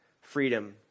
freedom